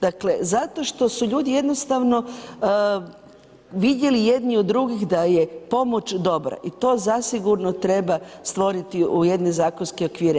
Dakle zato što su ljudi jednostavno vidjeli jedni od drugih da je pomoć dobra i to zasigurno treba stvoriti u jedne zakonske okvire.